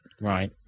Right